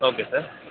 okay sir